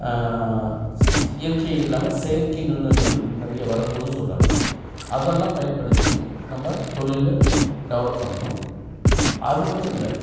ஸ் இயற்கையில்லாமல் செயற்கை நுண்ணறிவுகள் நிறைய வரப்போகுவு சொல்கிறாங்க அதெல்லாம் பயன்படுத்தி நம்ம தொழிலில் டெவெலப் பண்ணணும் அதுமட்டுல்ல